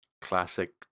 classic